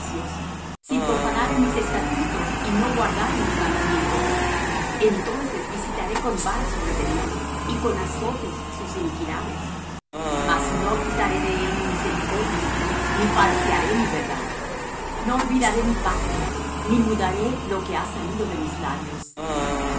si profanaren mis estatutos y no guardaren mis mandamientos entonces visitaré con vara su rebelión y con azotes sus iniquidades mas no quitaré de él mi misericordia ni falsearé mi verdad no olvidaré mi pacto ni mudaré lo que ha salido de mis labios